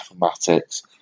mathematics